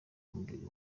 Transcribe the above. umubiri